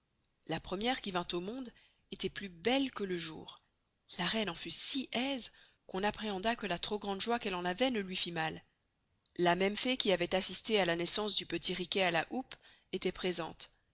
la premiere qui vint au monde estoit plus belle que le jour la reine en fut si aise qu'on apprehenda que la trop grande joye qu'elle en avoit ne luy fit mal la même fée qui avoit assisté à la naissance du petit riquet à la houppe estoit presente